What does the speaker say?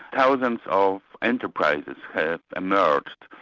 thousands of enterprises emerged,